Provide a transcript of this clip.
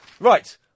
Right